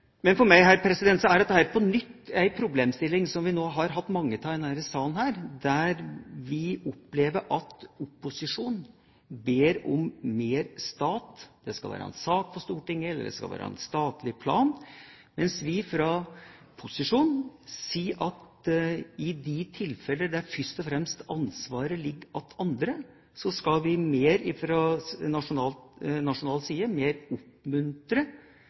Men for meg er dette på nytt en av mange problemstillinger som vi har tatt opp i denne salen. Vi opplever at opposisjonen ber om mer stat – det skal være en sak for Stortinget, eller det skal være en statlig plan – mens vi fra posisjonen sier at i de tilfeller der ansvaret først og fremst ligger hos andre, skal vi fra nasjonal side oppmuntre dem som har hovedansvaret her, mer,